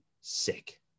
sick